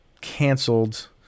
canceled